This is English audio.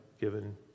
given